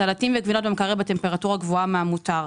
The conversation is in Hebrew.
סלטים וגבינות במקרר בטמפרטורה גבוהה מהמותר,